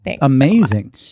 amazing